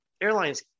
Airlines